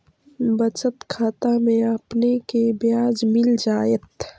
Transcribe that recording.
बचत खाता में आपने के ब्याज मिल जाएत